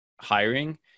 hiring